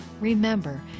Remember